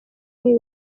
nti